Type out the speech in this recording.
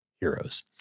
Heroes